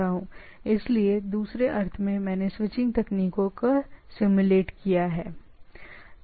इसलिए दूसरे अर्थ में मैंने स्विचिंग तकनीकों का सिम्युलेट किया है जहां चीजें होंगी